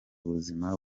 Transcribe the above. buzima